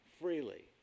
freely